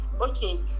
okay